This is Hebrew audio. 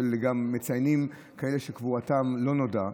מציינים כאלה שמקום קבורתם לא נודע,